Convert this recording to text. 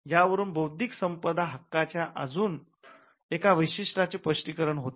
यावरून बौद्धिक संपदा हक्काच्या अजून एका वैशिष्ट्यांचे स्पष्टीकरण होते